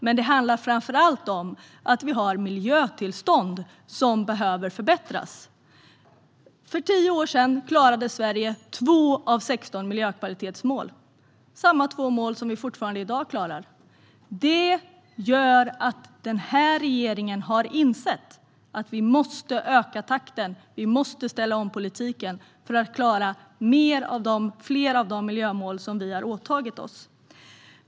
Men det handlar framför allt om att vi har miljötillstånd som behöver förbättras. För tio år sedan klarade Sverige 2 av 16 miljökvalitetsmål. Det är samma två mål som vi ännu i dag klarar. Det har gjort att den här regeringen har insett att vi måste öka takten och ställa om politiken för att klara fler av de miljömål som vi har åtagit oss.